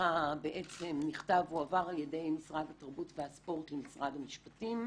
התמיכה הועבר על ידי משרד התרבות והספורט למשרד המשפטים.